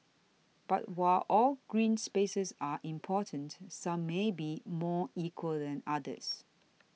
but while all green spaces are important some may be more equal than others